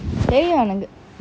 தெரியும் என்னக்கு:teriyum ennaku